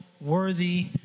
worthy